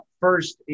First